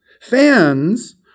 Fans